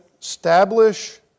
Establish